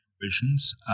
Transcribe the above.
provisions